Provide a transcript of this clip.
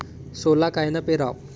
सोला कायनं पेराव?